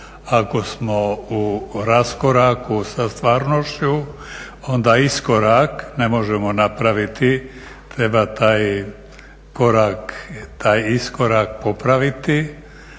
ako smo u raskoraku sa stvarnošću onda iskorak ne možemo napraviti, treba taj korak, taj